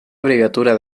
abreviatura